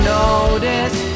notice